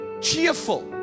Cheerful